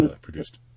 produced